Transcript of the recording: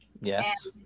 Yes